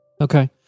Okay